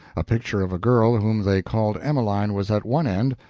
a picture of a girl whom they called emeline was at one end,